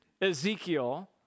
Ezekiel